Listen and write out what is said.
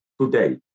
today